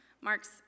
marks